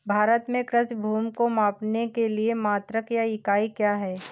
भारत में कृषि भूमि को मापने के लिए मात्रक या इकाई क्या है?